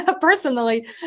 personally